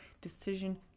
decision